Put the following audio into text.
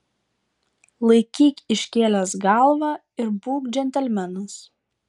laikyk iškėlęs galvą ir būk džentelmenas